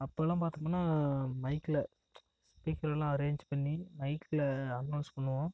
அப்போல்லாம் பார்த்தோம்னா மைக்கில ஸ்பீக்கர் எல்லாம் அரேஞ்ச் பண்ணி மைக்கில அனௌன்ஸ் பண்ணுவோம்